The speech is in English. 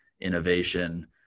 innovation